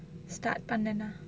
start பண்ணனா:pannanaa